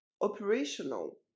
operational